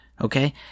okay